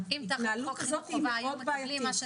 ההתנהלות הזאת היא מאוד בעייתית.